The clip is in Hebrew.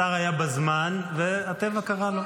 השר היה בזמן והטבע קרא לו.